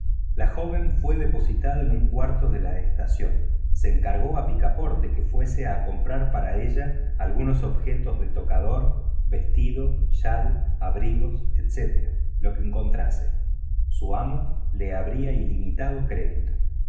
la joven fue depositada en un cuarto de la estación se encargó a picaporte que fuese a comprar para ella algunos objetos de tocador vestido chal abrigos etc lo que encontrase su amo le abría ilimitado crédito